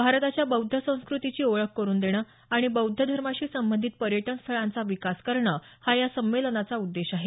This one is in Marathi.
भारताच्या बौद्ध संस्कृतिची ओळख करुन देणं आणि बौद्ध धर्माशी संबंधित पर्यटन स्थळांचा विकास करणं हा या संमेलनाचा उद्देश आहे